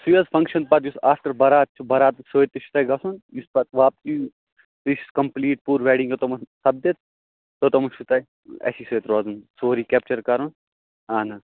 سُے حظ فَنٛگشَن پَتہٕ یُس آفٹر بَرات چھُ بَراتَس سۭتۍ تہِ چھُ تۄہہِ گژھُن یُس پَتہٕ واپسی چھِ کَمپُلیٖٹ پوٗرٕ ویڈِنٛگ یوٚتام نہٕ سَپدِ توٚتام چھُو تۄہہِ اَسی سۭتۍ روزُن سورُے کیپچَر کَرُن اَہَن حظ